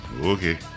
Okay